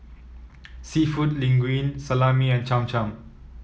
seafood Linguine Salami and Cham Cham